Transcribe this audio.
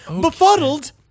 Befuddled